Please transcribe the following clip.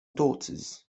daughters